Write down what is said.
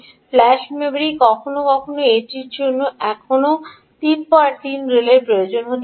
এটির জন্য কখনও কখনও এখনও 33 রেলের ফ্ল্যাশ মেমরি প্রয়োজন হতে পারে